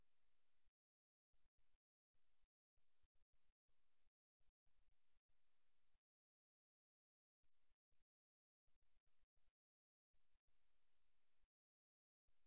இந்த இரண்டு நபர்களும் ஒருவருக்கொருவர் மிகவும் விரும்புகிறார்கள் என்பது இங்கே தெளிவாகத் தெரிகிறது ஏனெனில் அவர்களின் கால்கள் மற்றும் பாதங்கள் ஒருவருக்கொருவர் சுட்டிக்காட்டுகின்றன